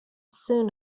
soon